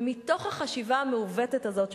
ומתוך החשיבה המעוותת הזאת,